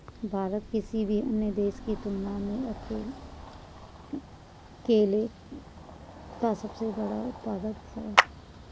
भारत किसी भी अन्य देश की तुलना में केले का सबसे बड़ा उत्पादक है